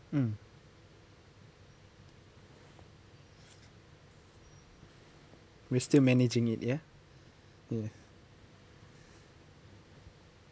mm we're still managing it ya ya